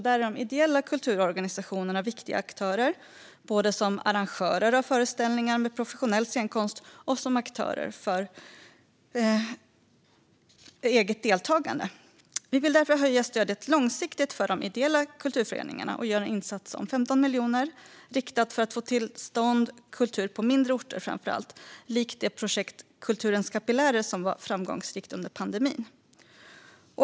Där är de ideella kulturorganisationerna viktiga aktörer, både som arrangörer av föreställningar med professionell scenkonst och som aktörer med eget deltagande. Vi vill därför höja stödet långsiktigt till de ideella kulturföreningarna och göra en riktad insats om 15 miljoner för att få till stånd kultur på framför allt mindre orter, likt projektet Kulturens kapillärer som var framgångsrikt under pandemin.